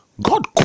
God